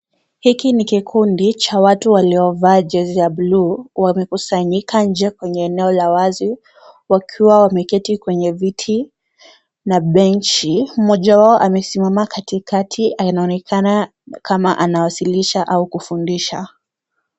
Hiki ni kikundi cha watu waliovaa jezi za buluu wamekusanyika nje kwenye eneo la wazi wakiwa wameketi kwenye viti na benchi. Mmoja wao amesimama katikati anaonekana kama anawashilisha au kufundisha.